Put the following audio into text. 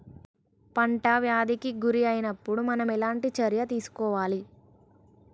పంట వ్యాధి కి గురి అయినపుడు మనం ఎలాంటి చర్య తీసుకోవాలి?